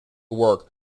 work